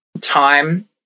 time